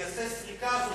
יעשה סריקה.